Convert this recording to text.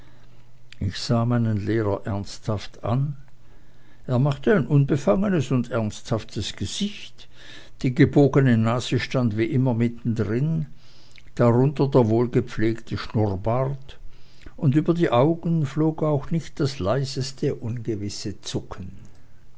ich sah meinen lehrer ernsthaft an er machte ein unbefangenes und ernsthaftes gesicht die gebogene nase stand wie immer mitten darin darunter der wohlgepflegte schnurrbart und über die augen flog auch nicht das leiseste ungewisse zucken